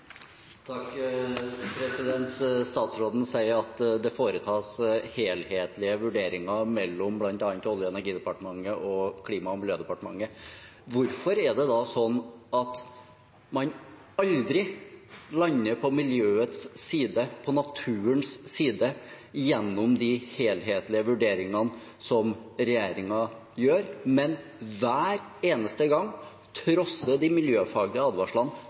Statsråden sier at det foretas helhetlige vurderinger mellom bl.a. Olje- og energidepartementet og Klima- og miljødepartementet. Hvorfor er det da sånn at man aldri lander på miljøets side, på naturens side, gjennom de helhetlige vurderingene som regjeringen gjør, men hver eneste gang trosser de miljøfaglige advarslene